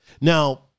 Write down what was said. Now